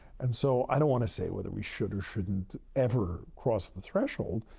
and so, i don't want to say whether we should or shouldn't ever cross the threshold.